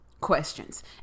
questions